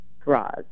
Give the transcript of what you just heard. draws